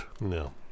No